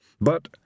But